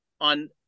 on